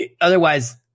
otherwise